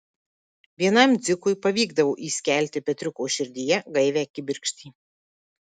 vienam dzikui pavykdavo įskelti petriuko širdyje gaivią kibirkštį